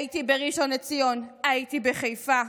הייתי בראשון לציון, הייתי בחיפה,